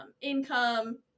income